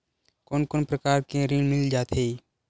कोन कोन प्रकार के ऋण मिल जाथे?